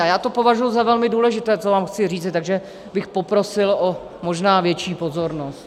A já považuji za velmi důležité to, co vám chci říci, takže bych poprosil o možná větší pozornost.